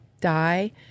die